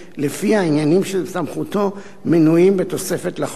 שלפיה העניינים שבסמכותו מנויים בתוספת לחוק.